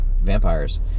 Vampires